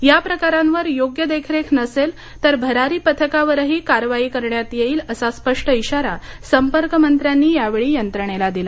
या प्रकारांवर योग्य देखरेख नसेल तर भरारी पथकावरही कारवाई करण्यात येईल असा स्पष्ट इशारा संपर्कमंत्र्यांनी यावेळी यंत्रणेला दिला